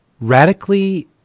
Radically